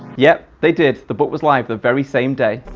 yep. they did. the book was live the very same day.